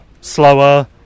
slower